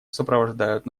сопровождают